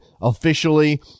officially